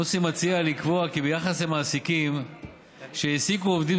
מוסי מציע לקבוע כי ביחס למעסיקים שהעסיקו עובדים